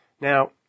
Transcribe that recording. Now